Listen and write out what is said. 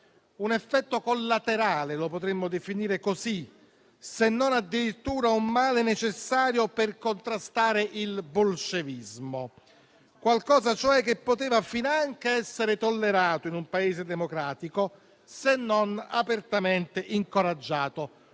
un effetto collaterale: lo potremmo definire così, se non addirittura un male necessario per contrastare il bolscevismo; qualcosa cioè che poteva finanche essere tollerato in un Paese democratico, se non apertamente incoraggiato.